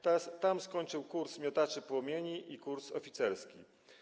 Tam skończył kurs miotaczy płomieni i kurs oficerski.